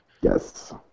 Yes